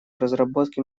разработке